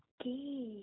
Okay